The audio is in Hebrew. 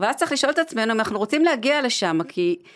ואז צריך לשאול את עצמנו אם אנחנו רוצים להגיע לשם, כי...